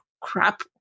crap